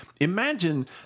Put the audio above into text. Imagine